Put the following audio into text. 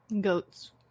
goats